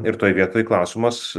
ir toj vietoj klausimas